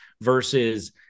versus